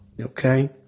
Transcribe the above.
okay